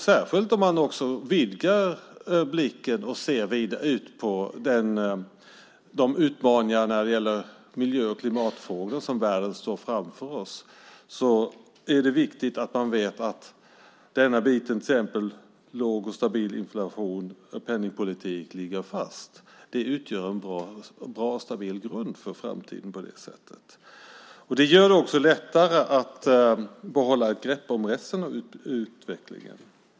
Särskilt om man också vidgar blicken och ser på de utmaningar när det gäller miljö och klimatfrågor som världen står inför är det viktigt att man vet att denna bit, till exempel låg och stabil inflation och penningpolitik, ligger fast. Det utgör en bra och stabil grund för framtiden. Det gör det också lättare att behålla ett grepp om resten av utvecklingen.